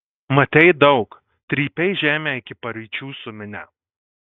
matei daug trypei žemę iki paryčių su minia